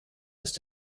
ist